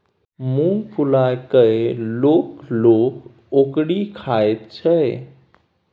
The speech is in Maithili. मुँग फुलाए कय लोक लोक ओकरी खाइत छै